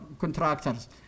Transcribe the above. contractors